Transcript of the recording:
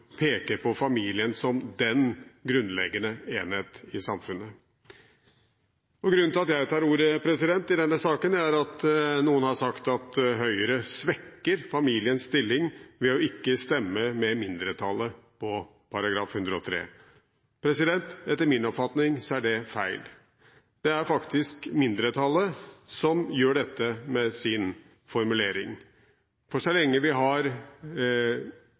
peker på familien som den grunnleggende enhet i samfunnet. Grunnen til at jeg tar ordet i denne saken, er at noen har sagt at Høyre svekker familiens stilling ved ikke å stemme med mindretallet når det gjelder § 103. Etter min oppfatning er det feil. Det er faktisk mindretallet som gjør dette med sin formulering, for så lenge vi har